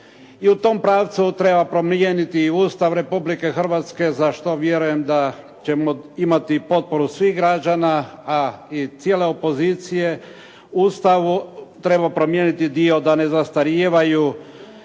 I u tom pravcu treba promijeniti i Ustav Republike Hrvatske za što vjerujem da ćemo imati potporu svih građana a i cijele opozicije. U Ustavu treba promijeniti dio da ne zastarijevaju